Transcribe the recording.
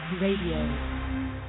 Radio